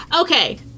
okay